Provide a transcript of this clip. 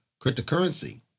cryptocurrency